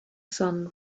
sun